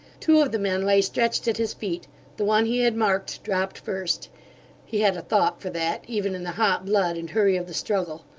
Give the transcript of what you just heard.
two of the men lay stretched at his feet the one he had marked, dropped first he had a thought for that, even in the hot blood and hurry of the struggle.